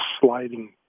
sliding